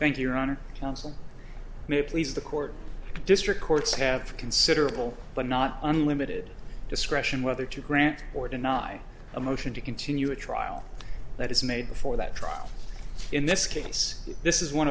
counsel may please the court district courts have considerable but not unlimited discretion whether to grant or deny a motion to continue a trial that is made before that trial in this case this is one